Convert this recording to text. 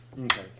Okay